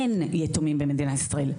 אין יתומים במדינת ישראל.